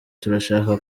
turashaka